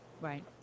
Right